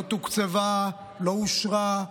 לא תוקצבה, לא אושרה,